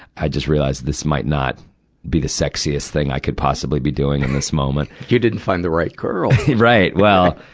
i just realized this might not be the sexiest thing i could possibly be doing in this moment. you didn't find the right girl! right! well,